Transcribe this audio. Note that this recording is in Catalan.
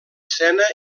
sena